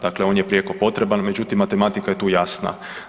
Dakle, on je prijeko potreban međutim matematika je tu jasna.